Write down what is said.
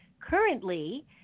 Currently